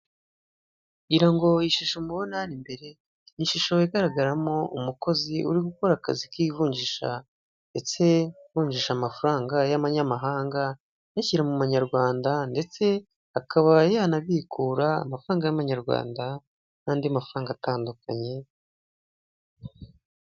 Ngira ngo ishusho mubona imbere, ni ishusho igaragaramo umukozi uri gukora akazi k'ivunjisha, ndetse avunjisha amafaranga y'amanyamahanga ayashyira mu manyarwanda, ndetse akaba yanabikura amafaranga y'amanyarwanda n'andi mafaranga atandukanye.